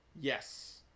Yes